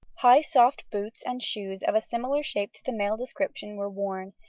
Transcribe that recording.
high, soft boots and shoes of a similar shape to the male description were worn,